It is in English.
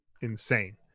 insane